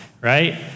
Right